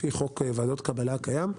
לפי חוק ועדות קבלה הקיים,